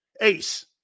Ace